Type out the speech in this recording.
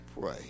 pray